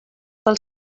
pel